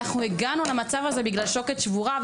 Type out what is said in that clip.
אנחנו הגענו למצב הזה בגלל שוקת שבורה,